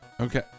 Okay